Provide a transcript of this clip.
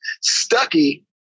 Stucky